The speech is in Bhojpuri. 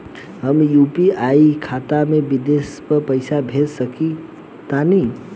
हम यू.पी.आई खाता से विदेश म पइसा भेज सक तानि?